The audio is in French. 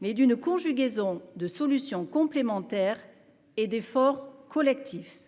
mais d'une conjugaison de solutions complémentaires et d'effort collectif